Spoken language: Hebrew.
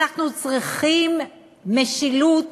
אנחנו צריכים משילות,